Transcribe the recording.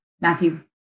Matthew